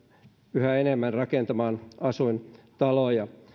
yhä enemmän rakentamaan asuintaloja